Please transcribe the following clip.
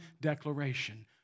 declaration